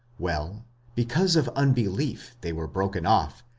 well because of unbelief they were broken off,